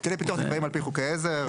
היטלי פיתוח נקבעים על פי חוקי עזר,